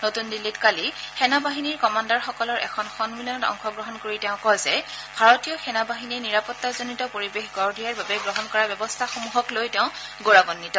নতুন দিল্লীত কালি সেনা বাহিনীৰ কমাণ্ডাৰসকলৰ এখন সমিলনত অংশগ্ৰহণ কৰি তেওঁ কয় যে ভাৰতীয় সেনা বাহিনীয়ে নিৰাপত্তাজনিত পৰিৱেশ গঢ় দিয়াৰ বাবে গ্ৰহণ কৰা ব্যৰস্থাসমূহক লৈ তেওঁ গৌৰবান্নিত